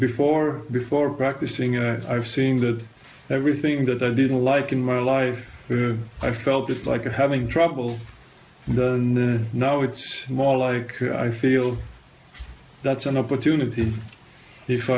before before practicing or are seeing that everything that i didn't like in my life i felt like having troubles and no it's more like i feel that's an opportunity if